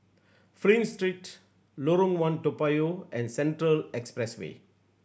Flint Street Lorong One Toa Payoh and Central Expressway